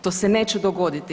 To se neće dogoditi.